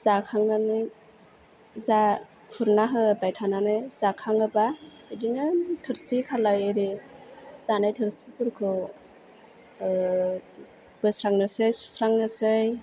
जाखांनानै जा खुरना होबाय थानानै जाखाङोबा बिदिनो थोरसि खालाय एरि जानाय थोरसिफोरखौ बोस्रांनोसै सुस्रांनोसै